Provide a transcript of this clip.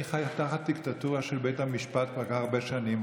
אני חי תחת דיקטטורה של בית המשפט כבר כל כך הרבה שנים,